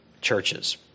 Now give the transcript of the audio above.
churches